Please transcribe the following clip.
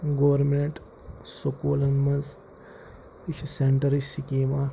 government سکوٗلَن منٛز یہِ چھِ سیٚنٹَرٕچ سِکیٖم اَکھ